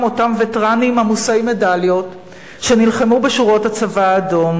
אותם וטרנים עמוסי מדליות שנלחמו בשורות הצבא האדום,